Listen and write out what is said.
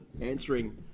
answering